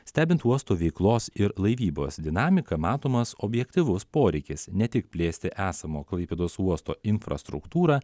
stebint uosto veiklos ir laivybos dinamiką matomas objektyvus poreikis ne tik plėsti esamo klaipėdos uosto infrastruktūrą